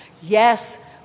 Yes